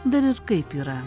dar kaip yra